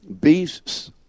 Beasts